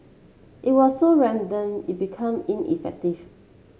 it was so random it become ineffective